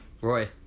Roy